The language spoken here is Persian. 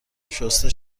شسته